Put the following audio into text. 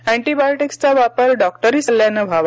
अँटिबायोटिक्सचा वापर डॉक्टरी सल्ल्यानं व्हावा